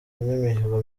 n’imihigo